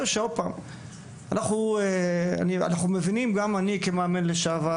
אנחנו מבינים, גם אני, כמאמן לשעבר,